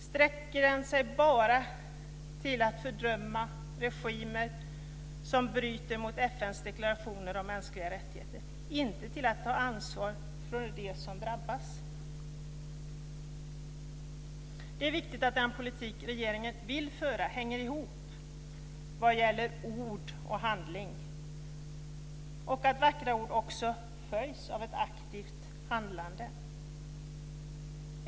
Sträcker den sig bara till att fördöma regimer som bryter mot FN:s deklarationer om mänskliga rättigheter, inte till att ta ansvar för dem som drabbas? Det är viktigt att den politik som regeringen vill föra hänger ihop vad gäller ord och handling och att vackra ord också följs av ett aktivt handlande.